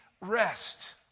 rest